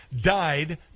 died